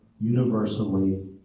universally